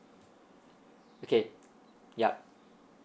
okay yup